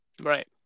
right